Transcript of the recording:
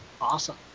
Awesome